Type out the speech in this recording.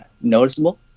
noticeable